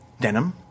denim